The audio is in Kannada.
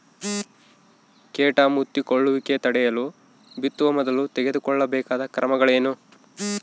ಕೇಟ ಮುತ್ತಿಕೊಳ್ಳುವಿಕೆ ತಡೆಯಲು ಬಿತ್ತುವ ಮೊದಲು ತೆಗೆದುಕೊಳ್ಳಬೇಕಾದ ಕ್ರಮಗಳೇನು?